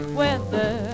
weather